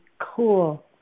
Cool